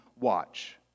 watch